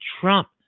Trump